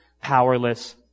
powerless